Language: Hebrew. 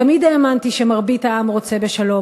תמיד האמנתי שמרבית העם רוצה בשלום,